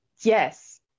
Yes